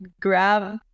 grab